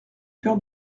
cœur